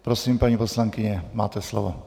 Prosím, paní poslankyně, máte slovo.